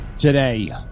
Today